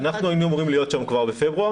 אנחנו היינו אמורים להיות שם כבר בפברואר,